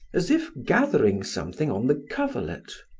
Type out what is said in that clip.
as if gathering something on the coverlet.